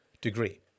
degree